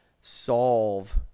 solve